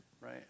right